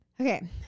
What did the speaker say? Okay